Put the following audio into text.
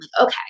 okay